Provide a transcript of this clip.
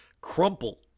crumple